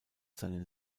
seinen